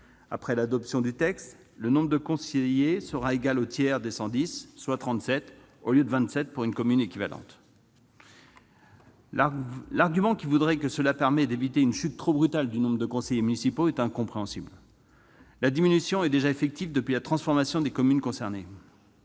Après l'adoption du texte, le nombre de conseillers sera égal au tiers des 110, soit 37 au lieu de 27, pour une commune équivalente. L'argument consistant à dire que cela permet d'éviter une chute trop brutale du nombre de conseillers municipaux est incompréhensible, la diminution étant déjà effective depuis la transformation des communes concernées.